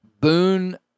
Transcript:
Boone